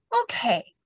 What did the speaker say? Okay